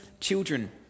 children